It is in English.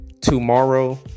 tomorrow